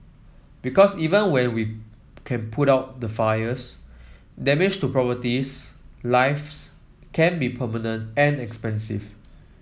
because even when we can put out the fires damage to properties lives can be permanent and expensive